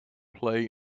play